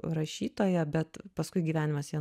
rašytoja bet paskui gyvenimas ją